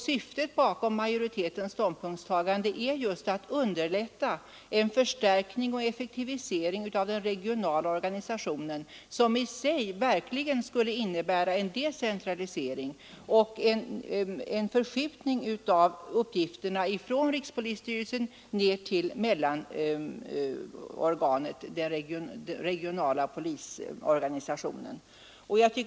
Syftet bakom majoritetens ståndpunktstagande är just att underlätta en förstärkning och effektivisering av den regionala organisationen som i sig verkligen skulle innebära en decentralisering och en förskjutning av uppgifterna från rikspolisstyrelsen ner till mellaninstansen, den regionala polisorganisationen.